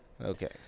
Okay